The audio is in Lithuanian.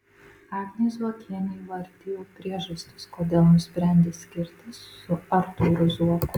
agnė zuokienė įvardijo priežastis kodėl nusprendė skirtis su artūru zuoku